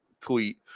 tweet